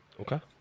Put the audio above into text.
Okay